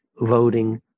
voting